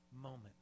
moment